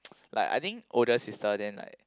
like I think older sister then like